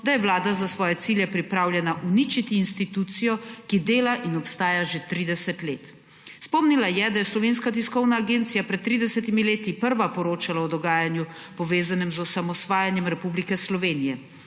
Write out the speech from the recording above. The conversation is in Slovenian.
da je Vlada za svoje cilje pripravljena uničiti institucijo, ki dela in obstaja že 30 let. Spomnila je, da je Slovenska tiskovna agencija pred 30. leti prva poročala o dogajanju, povezanim z osamosvajanjem Republike Slovenije.